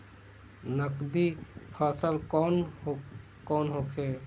नकदी फसल कौन कौनहोखे?